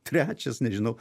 trečias nežinau